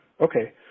Okay